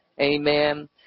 Amen